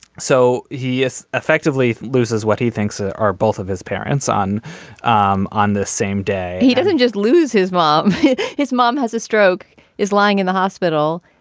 so he effectively loses what he thinks ah are both of his parents on um on the same day he doesn't just lose his mom his mom has a stroke is lying in the hospital.